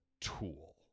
tool